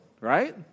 right